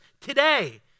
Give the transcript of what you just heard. today